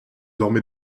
dormez